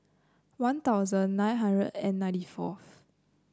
One Thousand nine hundred and ninety fourth